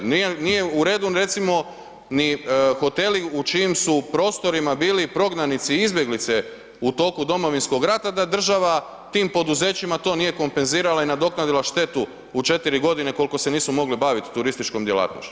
Nije u redu recimo ni hoteli u čijim su prostorima bili prognanici, izbjeglice u toku Domovinskog rata da država tim poduzećima to nije kompenzirala i nadoknadila štetu u 4 godine koliko se nisu mogli baviti turističkom djelatnošću.